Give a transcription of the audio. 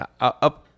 up